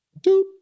Doop